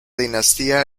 dinastía